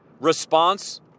response